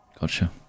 Gotcha